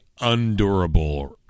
undurable